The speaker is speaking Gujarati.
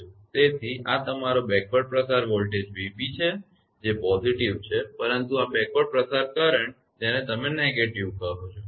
તેથી આ તમારો બેકવર્ડ પ્રસાર વોલ્ટેજ 𝑣𝑏 છે જે સકારાત્મક છે પરંતુ આ બેકવર્ડ પ્રસાર કરંટ તે જ છે જેને તમે તેને negative કહો છો